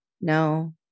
no